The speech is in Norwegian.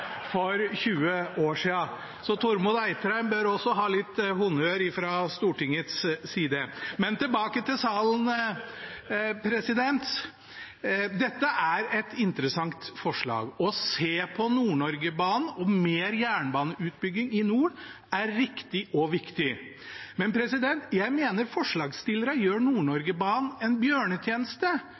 for 20 år siden. Så Tormod E. Eitrheim bør også få litt honnør fra Stortingets side. Men tilbake til salen: Dette er et interessant forslag. Å se på Nord-Norge-banen og mer jernbaneutbygging i nord er riktig og viktig. Men jeg mener forslagsstillerne gjør Nord-Norge-banen en bjørnetjeneste